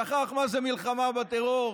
שכח מה זה מלחמה בטרור,